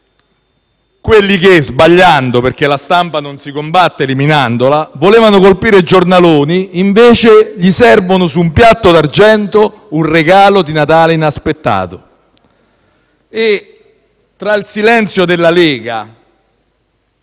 Quelli che (sbagliando perché la stampa non si combatte eliminandola) volevano colpire i giornaloni gli servono invece su un piatto d'argento un regalo di Natale inaspettato. E, con il silenzio della Lega,